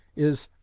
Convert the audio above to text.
is,